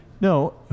No